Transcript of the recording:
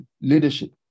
leadership